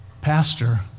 Pastor